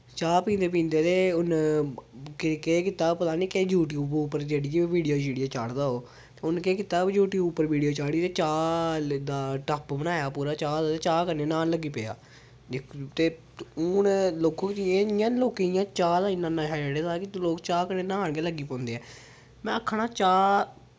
चाह् पींदे पींदे ते उन्न केह् कीता पता नी केह् यूट्यूब उप्पर जेह्ड़ी वीडियो शिडियो चाढ़दा ओह् उ'न्न केह् कीता यूट्यूब उप्पर वीडियो चाढ़ी ते चाह् दा टप बनाया पूरा ते चाह् कन्नै न्हान लगी पेआ ते हून लोको जियां इ'यां लोकें इयां चाह् दा इ'न्ना नशा चढ़े दा के लोग चाह् कन्नै न्हान गै लगी पौंदे ऐं में आक्खा ना चाह्